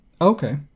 Okay